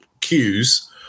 cues